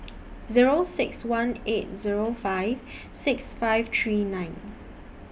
Zero six one eight Zero five six five three nine